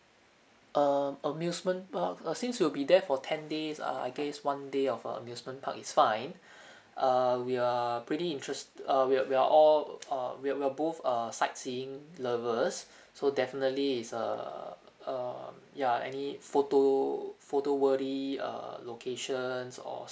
err amusement park uh since we'll be there for ten days err I guess one day of uh amusement park is fine err we are pretty interest uh we're we're all uh we're we're both err sightseeing lovers so definitely is a err err ya any photo photo worthy err locations or